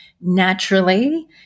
Naturally